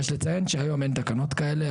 יש לציין שהיום אין תקנות כאלה,